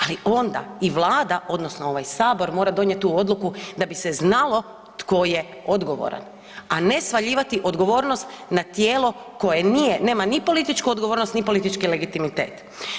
Ali onda i Vlada odnosno ovaj Sabor mora donijeti tu odluku da bi se znalo tko je odgovoran, a ne svaljivati odgovornost na tijelo koje nije nema ni političku odgovornost, ni politički legitimitet.